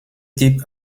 type